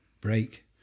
break